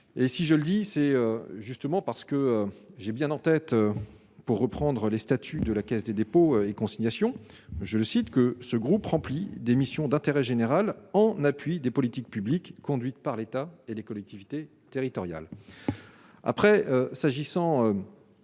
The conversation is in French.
et si je le dis, c'est justement parce que j'ai bien en tête, pour reprendre les statuts de la Caisse des dépôts et consignations, je le cite, que ce groupe remplit des missions d'intérêt général en appui des politiques publiques conduites par l'État et les collectivités territoriales après s'agissant